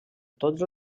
tots